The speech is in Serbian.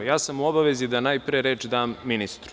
Ja sam u obavezi da najpre reč dam ministru.